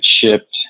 Shipped